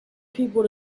people